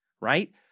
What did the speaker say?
Right